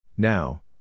Now